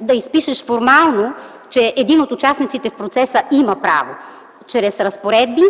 да изпишеш формално, че един от участниците в процеса има право. Чрез разпоредби